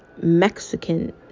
mexican